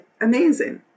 amazing